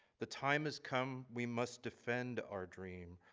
the time has come, we must defend our dream.